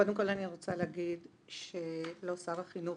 קודם כל אני רוצה להגיד שלא שר החינוך